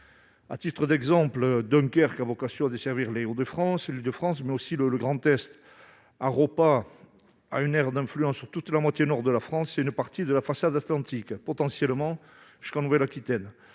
À titre d'exemple, Dunkerque a vocation à desservir les Hauts-de-France, l'Île-de-France mais aussi le Grand Est. Haropa a une aire d'influence sur toute la moitié nord de la France et une partie de la façade atlantique, potentiellement jusqu'en Nouvelle-Aquitaine.